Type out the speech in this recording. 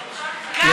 הוא לא שוטר חזק.